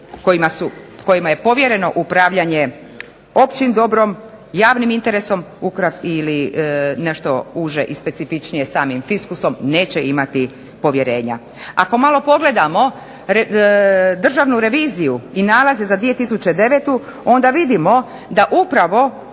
kojima je povjereno upravljanje općim dobrom, javnim interesom ili nešto uže i specifičnije samim fiskusom, neće imati povjerenja. Ako malo pogledamo državnu reviziju i nalaze za 2009. onda vidimo da upravo